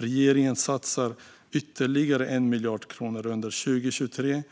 Regeringen satsar ytterligare 1 miljard kronor på detta under 2023 utöver